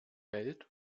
welt